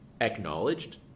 acknowledged